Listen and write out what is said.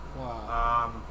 Wow